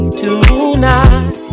tonight